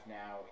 now